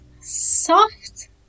Soft